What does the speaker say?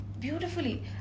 beautifully